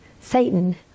Satan